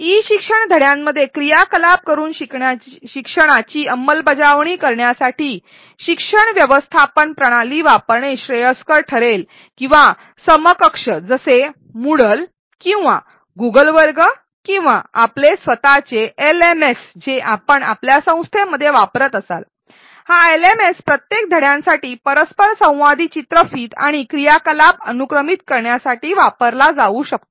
E शिक्षण धड्यांमध्ये क्रियाकलाप करून शिक्षणाची अंमलबजावणी करण्यासाठी शिक्षण व्यवस्थापन प्रणाली वापरणे श्रेयस्कर ठरेल किंवा समकक्ष जसे मूडल किंवा गुगल वर्ग किंवा आपले स्वतःचे एलएमएस जे आपण आपल्या संस्थेमध्ये वापरत असाल हा एलएमएस प्रत्येक धड्यांसाठी परस्परसंवादी चित्रफित आणि क्रियाकलाप अनुक्रमित करण्यासाठी वापरला जाऊ शकतो